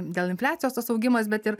dėl infliacijos tas augimas bet ir